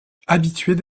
habitués